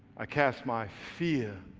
i cast my fear,